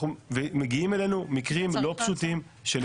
ומגיעים אלינו מקרים לא פשוטים.